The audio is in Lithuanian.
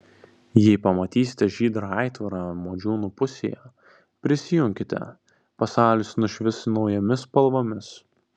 jei pamatysite žydrą aitvarą modžiūnų pusėje prisijunkite pasaulis nušvis naujomis spalvomis